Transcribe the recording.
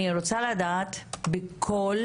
אני רוצה לדעת בכל